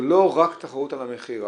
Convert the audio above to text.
זה לא רק תחרות על המחיר.